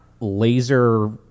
laser